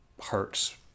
hurts